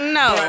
no